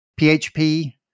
PHP